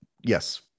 yes